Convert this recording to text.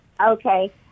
Okay